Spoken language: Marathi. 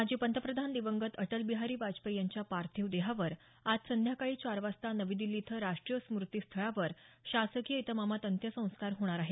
माजी पंतप्रधान दिवंगत अटलबिहारी वाजपेयी यांच्या पार्थिव देहावर आज संध्याकाळी चार वाजता नवी दिल्ली इथं राष्ट्रीय स्मृती स्थळावर शासकीय इतमामात अंत्यसंस्कार होणार आहेत